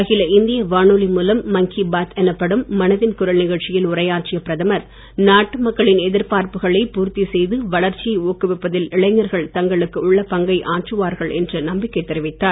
அகில இந்திய வானொலி மூலம் மன் கீ பாத் எனப்படும் மனதின் குரல் நிகழ்ச்சியில் உரையாற்றிய பிரதமர் நாட்டு மக்களின் எதிர்பார்ப்புகளை பூர்த்தி செய்து வளர்ச்சியை ஊக்குவிப்பதில் இளைஞர்கள் தங்களுக்கு உள்ள பங்கை ஆற்றுவார்கள் என்று நம்பிக்கை தெரிவித்தார்